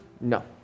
No